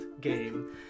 game